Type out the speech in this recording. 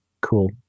cool